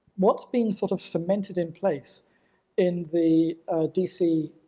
what's been sort of cemented in place in the d c.